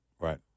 right